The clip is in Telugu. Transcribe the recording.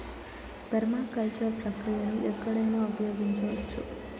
పెర్మాకల్చర్ ప్రక్రియను ఎక్కడైనా ఉపయోగించవచ్చు